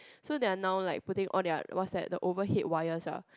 so they're now like putting all their what's that the overhead wires ah